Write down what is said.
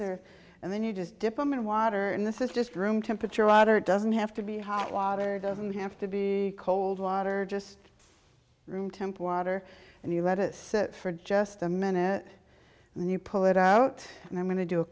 there and then you just deployment water and this is just room temperature water it doesn't have to be hot water doesn't have to be cold water just room temp water and you let it sit for just a minute and you pull it out and i'm going to do a